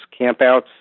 campouts